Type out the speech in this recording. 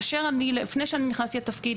לפני שנכנסתי לתפקיד,